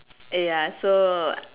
ya so